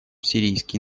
сирийский